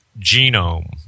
genome